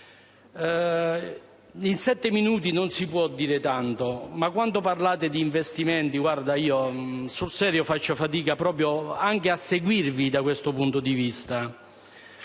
In sette minuti non si può dire tanto, ma quando parlate di investimenti io sul serio faccio fatica anche a seguirvi da questo punto di vista.